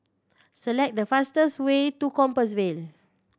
select the fastest way to Compassvale